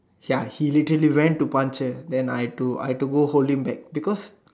ya he literally went to punch her then I had to I had to go hold him back because